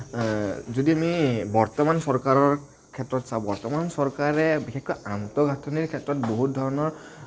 যদি আমি বৰ্তমান চৰকাৰৰ ক্ষেত্ৰত চাওঁ বৰ্তমান চৰকাৰে বিশেষকৈ আন্ত গাঠনিৰ ক্ষেত্ৰত বহুত ধৰণৰ